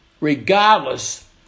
Regardless